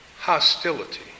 hostility